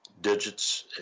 digits